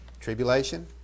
Tribulation